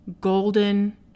golden